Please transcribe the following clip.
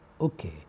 Okay